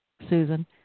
Susan